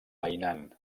hainan